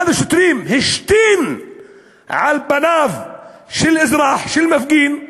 אחד השוטרים השתין על פניו של אזרח, של מפגין,